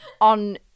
on